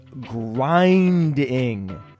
grinding